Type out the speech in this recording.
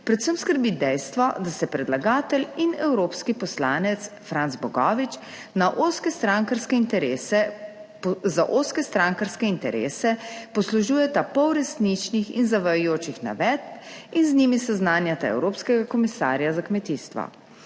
Predvsem skrbi dejstvo, da se predlagatelj in evropski poslanec Franc Bogovič na ozke strankarske interese. Za ozke strankarske interese poslužujeta pol resničnih in zavajajočih navedb in z njimi seznanjata evropskega komisarja za kmetijstvo.